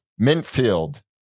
Mintfield